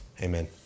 Amen